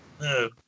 No